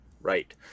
right